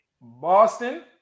Boston